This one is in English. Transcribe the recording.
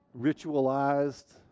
ritualized